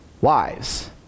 Wives